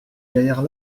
gaillard